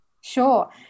Sure